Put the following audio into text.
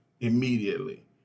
immediately